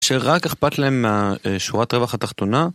שרק אכפת להם מהשורת רווח התחתונה